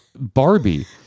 Barbie